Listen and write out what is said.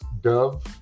Dove